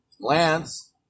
Lance